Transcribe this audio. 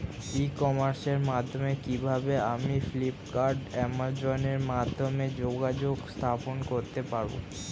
ই কমার্সের মাধ্যমে কিভাবে আমি ফ্লিপকার্ট অ্যামাজন এর সাথে যোগাযোগ স্থাপন করতে পারব?